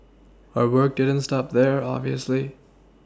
her work didn't stop there obviously